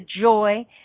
joy